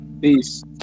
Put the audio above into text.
peace